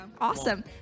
awesome